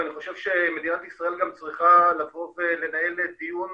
ואני חושב שישראל צריכה לבוא ולנהל דיון